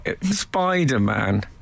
Spider-Man